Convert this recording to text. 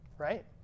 right